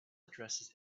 addresses